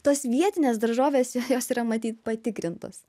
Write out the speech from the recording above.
tos vietinės daržovės jo jos yra matyt patikrintos